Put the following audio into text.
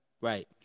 Right